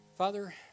Father